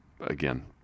again